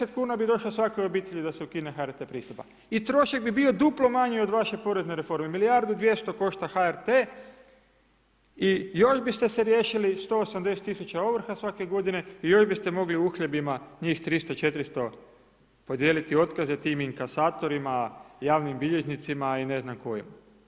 960 kn bi došlo svakoj obitelji da se ukine HRT pristojba i trošak bi bio duplo manji od vaše porezne reforme, milijardu i 200 košta HRT i još biste se riješili 180 tisuća ovrha svake g. i još biste mogli uhljebima njih 300-400 podijeliti otkaze, tim inkasatorima, javnim bilježnicima i ne znam kojima.